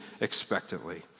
expectantly